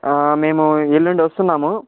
మేము ఎల్లుండొస్తున్నాము